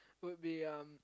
would be um